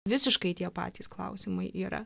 visiškai tie patys klausimai yra